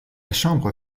chambre